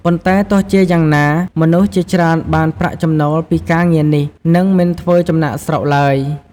ប៉ុន្តែទោះជាយ៉ាងណា មនុស្សជាច្រើនបានប្រាក់ចំណូលពីការងារនេះ នឹងមិនធ្វើចំណាកស្រុកឡើយ។